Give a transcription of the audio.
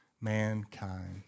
mankind